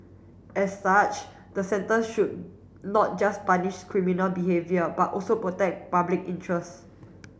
as such the sentence should not just punish criminal behaviour but also protect public interest